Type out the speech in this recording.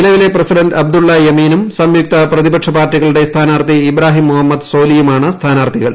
നിലവിലെ പ്രസിഡന്റ് അബ്ദുള്ള യമീനും സംയുക്ത പ്രതിപക്ഷ പാർട്ടികളുടെ സ്ഥാനാർത്ഥി ഇബ്രാഹിം മുഹമ്മദ് സോലിയുമാണ് സ്ഥാനാർത്ഥികൾ